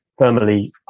thermally